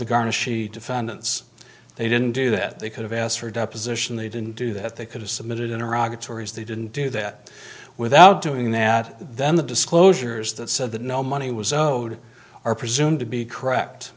the garnishee defendants they didn't do that they could have asked for deposition they didn't do that they could have submitted in iraq the tories they didn't do that without doing that then the disclosures that said that no money was owed are presumed to be correct